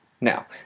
Now